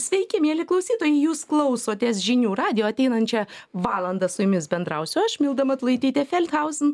sveiki mieli klausytojai jūs klausotės žinių radijo ateinančią valandą su jumis bendrausiu aš milda matulaitytė felthauzin